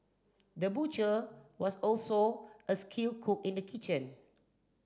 the butcher was also a skill cook in the kitchen